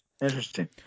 Interesting